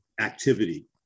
activity